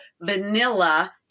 vanilla